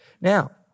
Now